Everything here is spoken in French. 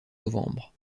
novembre